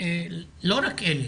לא רק אלה.